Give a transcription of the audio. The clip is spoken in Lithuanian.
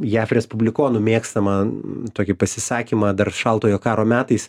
jav respublikonų mėgstamą tokį pasisakymą dar šaltojo karo metais